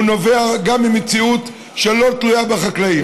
הוא נובע גם ממציאות שלא תלויה בחקלאים.